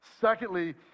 secondly